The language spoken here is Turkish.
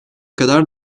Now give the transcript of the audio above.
kadar